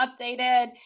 updated